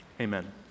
Amen